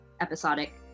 episodic